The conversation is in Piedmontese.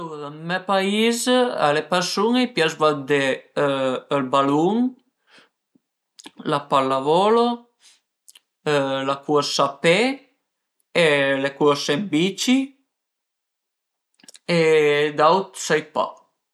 Alura ën me pais a le persun-e a i pias guardé ël balun, la pallavolo, la cursa a pe e le curse ën bici e d'aut sai pa